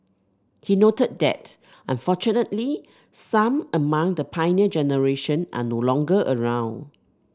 he noted that unfortunately some among the Pioneer Generation are no longer around